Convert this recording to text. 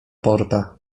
porta